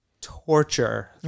torture